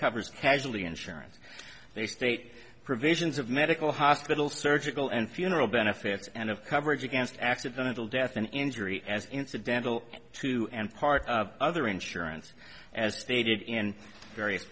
covers casualty insurance they state provisions of medical hospital surgical and funeral benefits and of coverage against accidental death and injury as incidental to and part of other insurance as stated in various